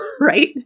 right